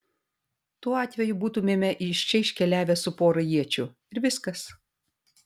tuo atveju būtumėme iš čia iškeliavę su pora iečių ir viskas